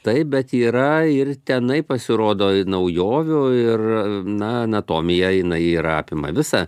taip bet yra ir tenai pasirodo naujovių ir na anatomija jinai yra apima visą